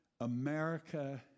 America